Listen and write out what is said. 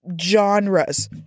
genres